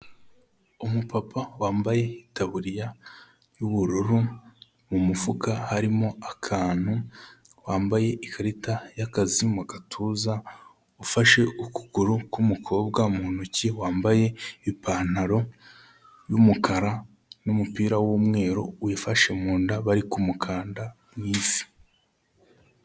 Umupapa wambaye itaburiya y'ubururu, mu mufuka harimo akantu, wambaye ikarita y'akazi mu gatuza, ufashe ukuguru k'umukobwa mu ntoki wambaye ipantaro y'umukara n'umupira w'umweru wifashe mu nda bari kumukanda mu ivi.